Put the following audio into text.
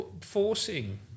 forcing